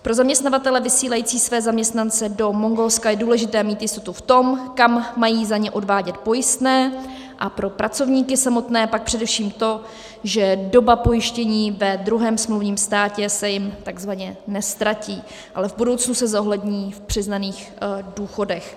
Pro zaměstnavatele vysílající své zaměstnance do Mongolska je důležité mít jistotu v tom, kam mají za ně odvádět pojistné, a pro pracovníky samotné pak především to, že doba pojištění ve druhém smluvním státě se jim takzvaně neztratí, ale v budoucnu se zohlední v přiznaných důchodech.